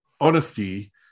honesty